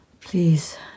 please